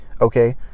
Okay